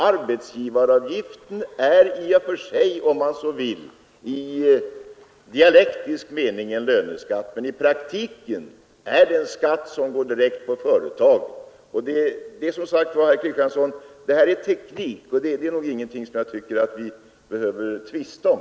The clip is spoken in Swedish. Arbetsgivaravgiften kan, om man så vill, i dialektisk mening, sägas vara en löneskatt, men i praktiken är det en skatt som utgår direkt på företagen. Det är som sagt, herr Kristiansson, en fråga om teknik, och jag tycker egentligen inte att det är något som vi behöver tvista om.